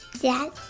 Yes